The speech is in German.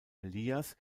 elias